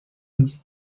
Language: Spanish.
los